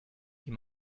die